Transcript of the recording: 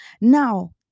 now